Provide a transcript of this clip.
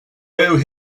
owe